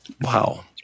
wow